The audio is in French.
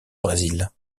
brésil